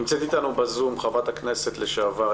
נמצאת איתנו בזום חברת הכנסת לשעבר,